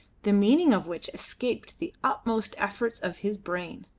the meaning of which escaped the utmost efforts of his brain.